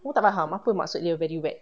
aku tak faham apa maksud dia very wet